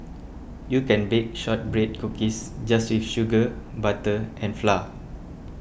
you can bake Shortbread Cookies just with sugar butter and flour